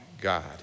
God